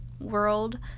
world